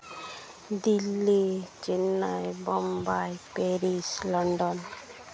Delhi Chennai Mumbai Paris London